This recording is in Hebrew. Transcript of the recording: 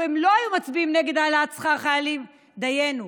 דיינו,